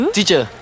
Teacher